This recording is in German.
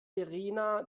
rena